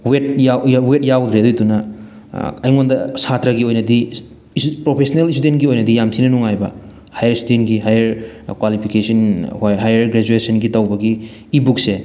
weight wait ꯌꯥꯎꯗ꯭ꯔꯦ ꯑꯗꯨꯗꯨꯅ ꯑꯩꯉꯣꯟꯗ ꯁꯥꯇ꯭ꯔꯒꯤ ꯑꯣꯏꯅꯗꯤ ꯄ꯭ꯔꯣꯐꯦꯁꯅꯦꯜ ꯏꯁꯇꯨꯗꯦꯟꯒꯤ ꯑꯣꯏꯅꯗꯤ ꯌꯥꯝ ꯊꯤꯅ ꯅꯨꯡꯉꯥꯏꯕ ꯍꯥꯏꯌꯔ ꯏꯁꯇꯨꯗꯦꯟꯒꯤ ꯍꯥꯏꯌꯔ ꯀ꯭ꯋꯥꯂꯤꯐꯤꯀꯦꯁꯟ ꯍꯥꯏꯌꯔ ꯒ꯭ꯔꯦꯖꯨꯋꯦꯁꯟꯒꯤ ꯇꯧꯕꯒꯤ ꯏ ꯕꯨꯛꯁꯦ